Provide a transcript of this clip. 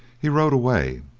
he rode away,